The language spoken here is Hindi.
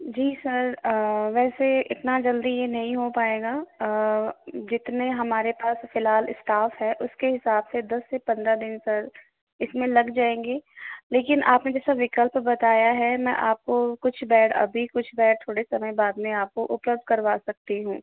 जी सर वैसे इतना जल्दी यह नहीं हो पाएगा जितने हमारे पास फिलहाल स्टाफ हैं उसके हिसाब से दस से पंद्रह दिन सर इसमें लग जाएंगे लेकिन आपने जैसा विकल्प बताया है मैं आपको कुछ बेड अभी कुछ बेड थोड़े समय बाद में आपको उपलब्ध करवा सकती हूँ